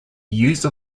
use